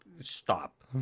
stop